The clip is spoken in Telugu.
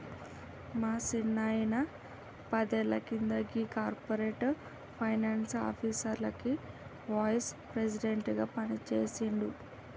మా సిన్నాయిన పదేళ్ల కింద గీ కార్పొరేట్ ఫైనాన్స్ ఆఫీస్లకి వైస్ ప్రెసిడెంట్ గా పనిజేసిండు